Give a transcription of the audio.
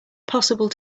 possible